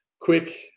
quick